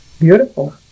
beautiful